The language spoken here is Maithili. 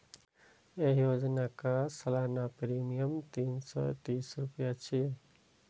एहि योजनाक सालाना प्रीमियम तीन सय तीस रुपैया छै